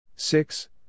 Six